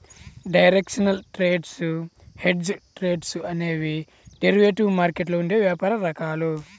directional trades, hedged trades అనేవి derivative మార్కెట్లో ఉండే వ్యాపార రకాలు